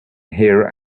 here